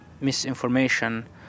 misinformation